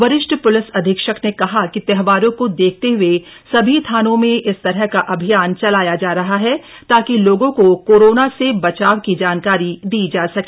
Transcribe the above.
वरिष्ठ प्लिस अधीक्षक ने कहा कि त्योहारों को देखते हए सभी थानों में इस तरह का अभियान चलाया जा रहा है ताकि लोगों को कोरोना से बचाव की जानकारी दी जा सके